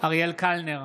אריאל קלנר,